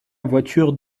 voiture